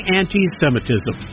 anti-Semitism